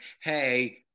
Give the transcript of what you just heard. hey